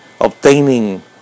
obtaining